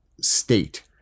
state